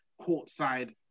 courtside